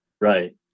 Right